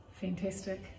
Fantastic